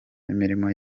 imirimo